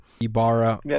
Ibarra